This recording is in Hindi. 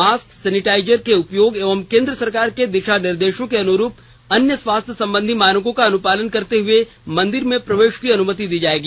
मास्क सैनिटाइजर के उपयोग एवं केंद्र सरकार के दिशा निर्देश के अनुरूप अन्य स्वास्थ्य संबंधी मानकों का अनुपालन करते हुए मंदिर में प्रवेश की अनुमति दी जाएगी